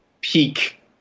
peak